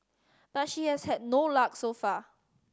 but she has had no luck so far